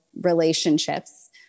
relationships